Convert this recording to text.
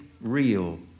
real